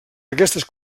aquestes